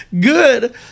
Good